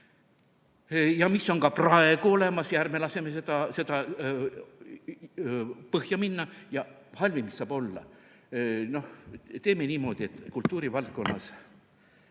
ja mis on ka praegu olemas. Ärme laseme seda põhja minna! See on halvim, mis saab olla. Teeme niimoodi, et kultuurivaldkonnas